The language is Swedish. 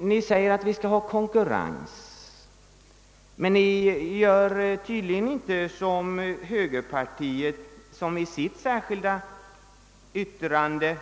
Ni säger alltså att vi skall ha konkurrens, men ni gör tydligen inte som högerpartiet som i sitt särskilda yttrande